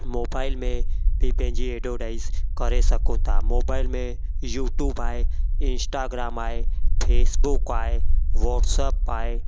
mobile में बि पंहिंजी एडोडाइज़ करे सघूं था मोबाइल में यूट्यूब आहे इंस्टाग्राम आहे फेसबुक आहे वॉट्सअप आहे